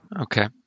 Okay